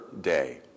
day